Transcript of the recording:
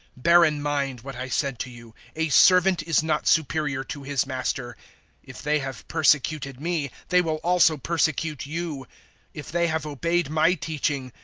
bear in mind what i said to you, a servant is not superior to his master if they have persecuted me, they will also persecute you if they have obeyed my teaching,